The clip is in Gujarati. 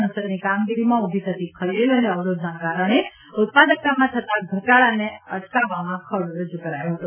સંસદની કામગીરીમાં ઉભી થતી ખલેલ અને અવરોધના કારણે ઉત્પાદકતામાં થતાં ઘટાડાને અટકાવવામાં ખરડો રજુ કરાયો હતો